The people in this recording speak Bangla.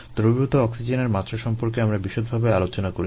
দ্রবীভূত অক্সিজেনের মাত্রা সম্পর্কে আমরা বিশদভাবে আলোচনা করেছি